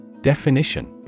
Definition